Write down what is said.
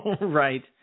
Right